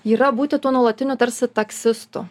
yra būti tuo nuolatiniu tarsi taksistu